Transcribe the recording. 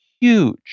huge